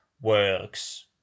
works